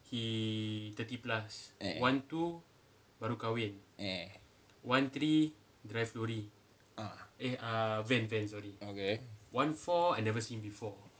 eh eh ah okay